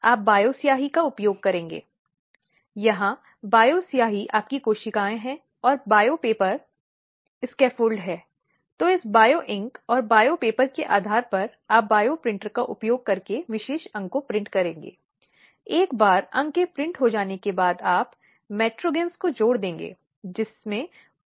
अब यह कहने के लिए नहीं कि हमारे पास उस बिंदु पर कोई कानून नहीं है या देश के आपराधिक कानून की कमी थी जो हमारे पास भारतीय दंड संहिता में है विशेष रूप से एक प्रावधान धारा 498 ए जिसमें घरेलू हिंसा की बात की गई है